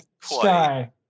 sky